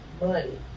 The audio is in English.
money